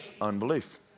Unbelief